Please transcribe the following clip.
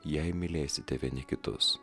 jei mylėsite vieni kitus